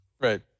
Right